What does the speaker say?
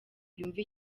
yumve